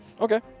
Okay